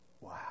wow